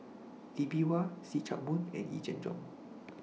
Lee Bee Wah See Chak Mun and Yee Jenn Jong